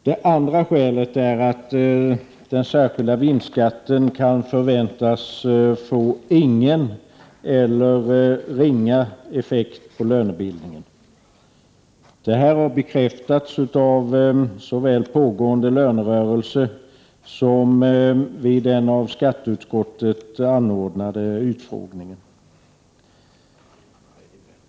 Det andra skälet är att den särskilda vinstskatten kan förväntas få ingen eller ringa effekt på lönebildningen. Det har bekräftats av såväl pågående lönerörelse som vid den av skatteutskottet anordnade utfrågningen.